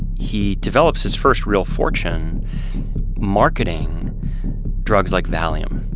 he develops his first real fortune marketing drugs like valium.